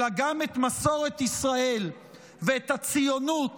אלא גם את מסורת ישראל ואת הציונות